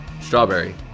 strawberry